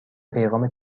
پیغام